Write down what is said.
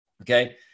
Okay